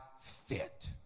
fit